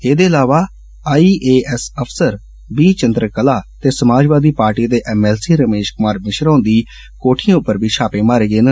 एह्दे अलावा आईएएस अफसर बी चंद्रकला ते समाजवादी पार्टी दे एमएलसी रमेष कुमार मिश्रा हुंदी कोठिएं पर बी छापे मारे गे न